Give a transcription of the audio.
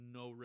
no